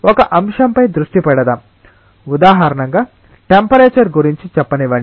ఒక అంశంపై దృష్టి పెడదాం ఉదాహరణగా టెంపరేచర్ గురించి చెప్పనివ్వండి